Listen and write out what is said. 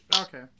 okay